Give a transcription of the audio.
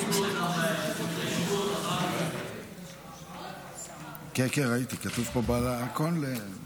כמו רבים מחבריי נדהמתי לראות בימים האחרונים